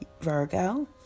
Virgo